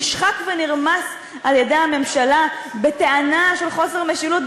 נשחק ונרמס על-ידי הממשלה בטענה של חוסר משילות,